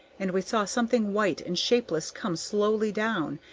and we saw something white and shapeless come slowly down,